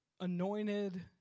anointed